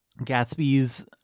Gatsby's